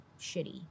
shitty